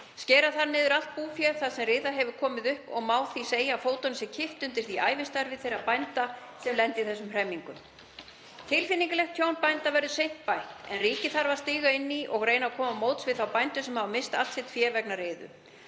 Skera þarf niður allt fé þar sem riða hefur komið upp og má því segja að fótunum sé kippt undan ævistarfi þeirra bænda sem lenda í þessum hremmingum. Tilfinningalegt tjón bænda verður seint bætt en ríkið þarf að stíga inn í og reyna að koma til móts við þá bændur sem hafa misst allt sitt fé vegna riðu.